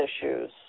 issues